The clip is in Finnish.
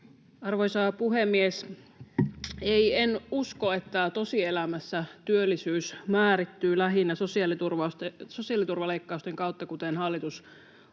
Arvoisa puhemies! Ei, en usko, että tosielämässä työllisyys määrittyy lähinnä sosiaaliturvaleikkausten kautta, kuten hallitus olettaa.